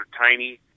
tiny